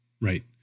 right